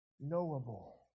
knowable